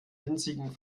winzigen